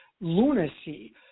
lunacy